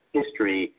history